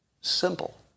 simple